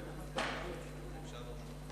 גברתי היושבת-ראש,